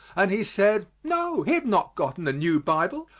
and he said, no, he had not gotten a new bible,